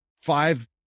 five